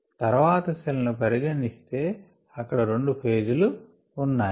తర్వాత సెల్ ను పరిగణిస్తే అక్కడ 2 ఫేజ్ లు ఉన్నాయి